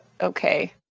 okay